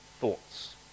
thoughts